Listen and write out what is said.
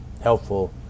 helpful